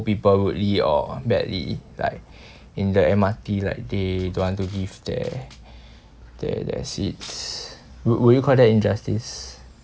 people rudely or badly like in the M_R_T like they don't want to give their their their seats would would you call that injustice